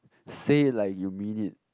say it like you mean it